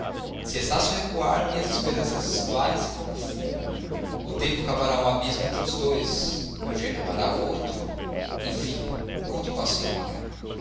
se estácio recuar minhas esperanças esvaem se como fumo o tempo cavará um abismo entre os dois eugênia amará outro enfim conto com a senhora